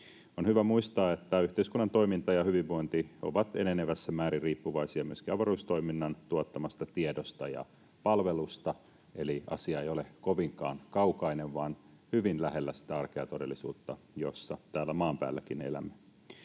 On hyvä muistaa, että yhteiskunnan toiminta ja hyvinvointi ovat enenevässä määrin riippuvaisia myöskin avaruustoiminnan tuottamasta tiedosta ja palvelusta, eli asia ei ole kovinkaan kaukainen, vaan hyvin lähellä sitä arkea ja todellisuutta, jossa täällä maan päälläkin elämme.